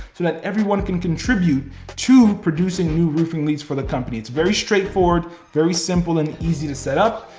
so that everyone can contribute to producing new roofing leads for the company. it's very straight forward, very simple and easy to set up.